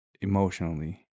emotionally